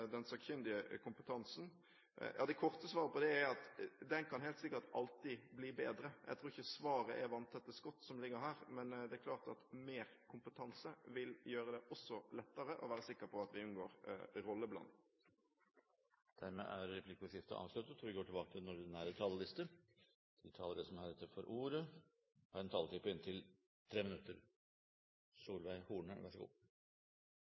den sakkyndige kompetansen. Det korte svaret på det er at den kan helt sikkert alltid bli bedre. Jeg tror ikke svaret her er vanntette skott, men det er klart at mer kompetanse også vil gjøre det lettere å være sikker på at vi unngår rolleblanding. Replikkordskiftet er omme. De talere som heretter får ordet, har en taletid på inntil